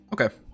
Okay